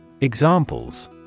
Examples